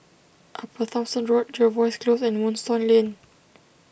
Upper Thomson Road Jervois Close and Moonstone Lane